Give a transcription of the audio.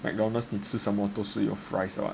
Mcdonald's normal 你吃什么都有 fries [what]